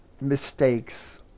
mistakes